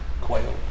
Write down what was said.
quail